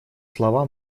слова